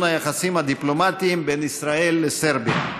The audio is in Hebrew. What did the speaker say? היחסים הדיפלומטיים בין ישראל לסרביה.